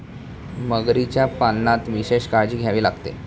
मगरीच्या पालनात विशेष काळजी घ्यावी लागते